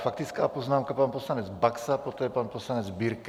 Faktická poznámka pan poslanec Baxa, poté pan poslanec Birke.